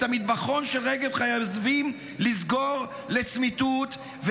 את המטבחון של רגב חייבים לסגור לצמיתות,